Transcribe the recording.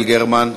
יעל גרמן?